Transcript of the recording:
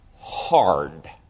hard